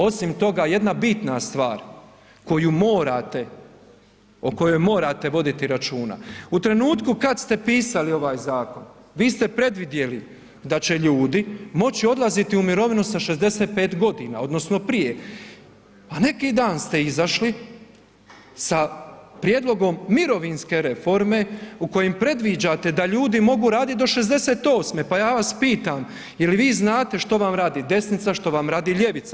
Osim toga, jedna bitna stvar o kojoj morate voditi računa, u trenutku kad ste pisali ovaj zakon, vi ste predvidjeli da će ljudi moći odlaziti u mirovinu sa 65 g. odnosno prije a neki dan ste izašli sa prijedlogom mirovinske reforme u kojoj predviđate da ljudi mogu radit do 68 pa ja vas pitam, je li vi znate što vam radi desnica, što vam radi ljevica?